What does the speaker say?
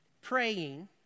praying